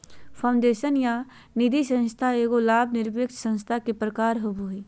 foundation या निधिसंस्था एगो लाभ निरपेक्ष संस्था के प्रकार होवो हय